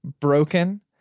broken